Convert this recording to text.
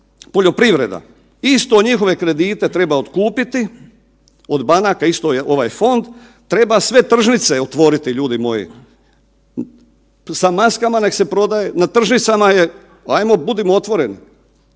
poljoprivreda, isto njihove kredite treba otkupiti od banaka isto ovaj fond, treba sve tržnice otvoriti ljudi moji sa maskama neka se prodaje. Na tržnicama je, ajmo budimo otvoreni